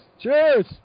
Cheers